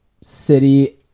city